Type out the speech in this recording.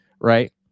right